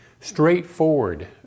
straightforward